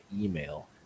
email